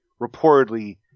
reportedly